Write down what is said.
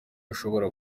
ashobora